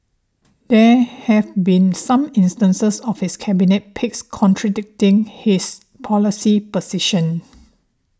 there have been some instances of his cabinet picks contradicting his policy positions